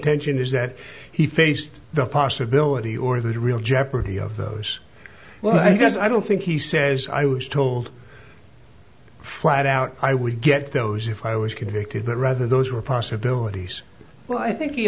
pension is that he faced the possibility or the real jeopardy of those well i don't think he says i was told flat out i would get those if i was convicted but rather those were possibilities well i think the